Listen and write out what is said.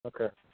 Okay